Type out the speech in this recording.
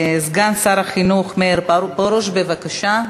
סגן שר החינוך מאיר פרוש, בבקשה.